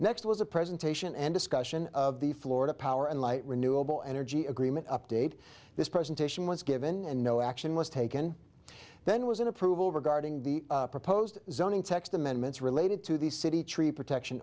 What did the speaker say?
next was a presentation and discussion of the florida power and light renewable energy agreement update this presentation was given and no action was taken then was in approval regarding the proposed zoning text amendments related to the city tree protection